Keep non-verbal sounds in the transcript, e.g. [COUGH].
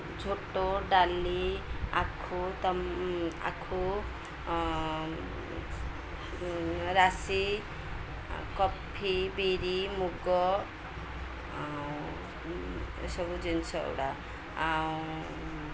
ଝୋଟ ଡାଲି ଆଖୁ [UNINTELLIGIBLE] ଆଖୁ ରାଶି କଫି ବିରି ମୁଗ ଆଉ ଏସବୁ ଜିନିଷ ଗୁଡ଼ା ଆଉ